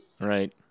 Right